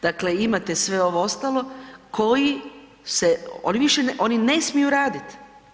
Dakle, imate sve ovo ostalo koji se, oni više, oni ne smiju raditi.